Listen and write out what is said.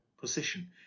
position